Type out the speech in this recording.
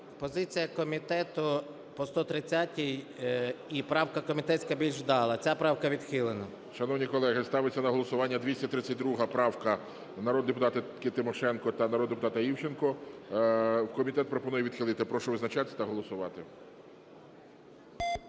Позиція комітету по 130-й і правка комітетська більш вдала. Ця правка відхилена. ГОЛОВУЮЧИЙ. Шановні колеги, ставиться на голосування 232 правка народної депутатки Тимошенко та народного депутата Івченко. Комітет пропонує відхилити. Прошу визначатися та голосувати.